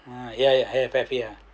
yeah yeah I've I've hear